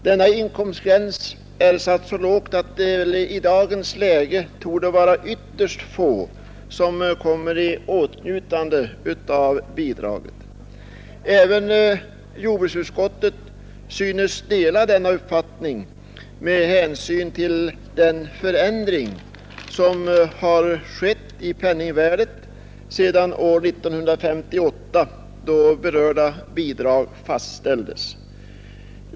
Denna inkomstgräns är så låg att det i dagens läge torde vara ytterst få som kommer i åtnjutande av bidraget. Även jordbruksutskottet synes dela denna uppfattning med hänsyn till den förändring som skett i penningvärdet sedan år 1958 då berörda bidrag fastställdes.